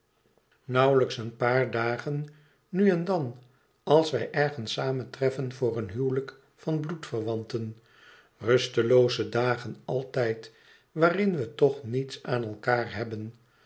nauwlijks een paar dagen nu en dan als wij ergens samentreffen voor een huwelijk van bloedverwanten rustelooze dagen altijd waarin we toch niets aan elkaâr hebben